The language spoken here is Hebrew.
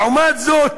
לעומת זאת,